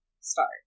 start